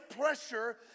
pressure